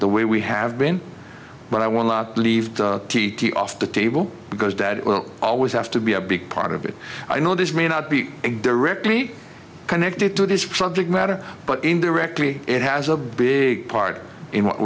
the way we have been but i want to leave t t off the table because that will always have to be a big part of it i know this may not be directly connected to this project matter but indirectly it has a big part in what